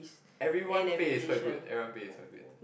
everyone pay is quite good everyone pay is quite good